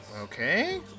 Okay